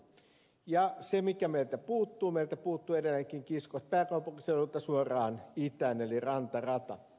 ja meiltä puuttuu edelleenkin kiskot pääkaupunkiseudulta suoraan itään eli rantarata